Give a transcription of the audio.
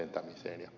pidän ed